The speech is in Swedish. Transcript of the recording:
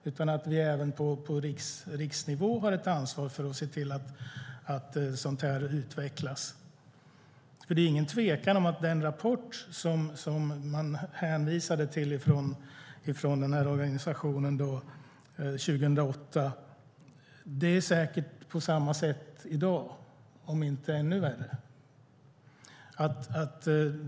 Vi har även på riksnivå ett ansvar att se till att det utvecklas. Det är ingen tvekan om att det säkert är på samma sätt i dag, om inte ännu värre, som i den rapport som man hänvisade till från organisationen 2008.